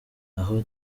naho